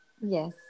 Yes